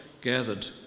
gathered